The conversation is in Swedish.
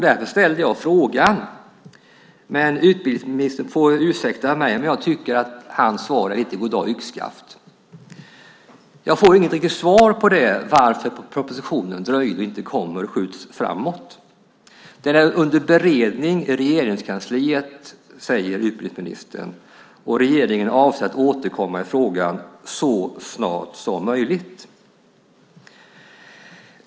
Därför har jag frågat om detta. Utbildningsministern får ursäkta, men jag tycker att hans svar är lite av god dag yxskaft. Jag får inget riktigt svar på frågan om varför propositionen dröjt utan skjuts framåt. Den är under beredning i Regeringskansliet, säger utbildningsministern, och "regeringen avser att återkomma i frågan så snart som möjligt".